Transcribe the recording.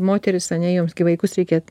moterys ane joms gi vaikus reikia